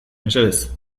mesedez